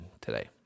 today